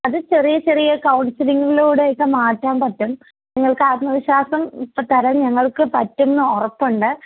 അത് ചെറിയ ചെറിയ കൗൺസിലിങ്ങിലൂടെ ഒക്കെ മാറ്റാൻ പറ്റും നിങ്ങൾക്ക് ആത്മവിശ്വാസം ഇപ്പം തരാൻ ഞങ്ങൾക്ക് പറ്റും എന്ന് ഉറപ്പുണ്ട്